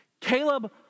Caleb